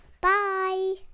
Bye